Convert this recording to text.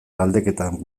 galdeketak